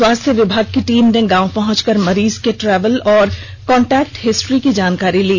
स्वास्थ्य विभाग की टीम ने गांव पहुंचकर मरीज के ट्रेवल और कांटेक्ट हिस्ट्री की जानकारी ली